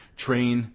train